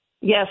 yes